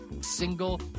single